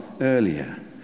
earlier